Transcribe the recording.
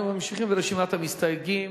אנחנו ממשיכים ברשימת המסתייגים.